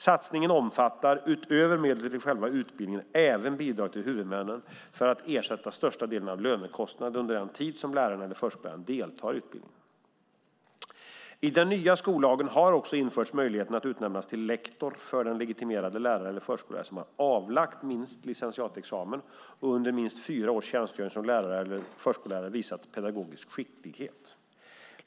Satsningen omfattar utöver medel till själva utbildningen bidrag till huvudmännen för att ersätta största delen av lönekostnaderna under den tid som läraren eller förskolläraren deltar i utbildningen. I den nya skollagen har också införts möjligheten att till lektor utnämna en legitimerad lärare eller förskollärare som har avlagt minst licentiatexamen och som under minst fyra års tjänstgöring som lärare eller förskollärare har visat pedagogisk skicklighet.